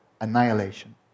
annihilation